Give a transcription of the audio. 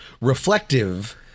reflective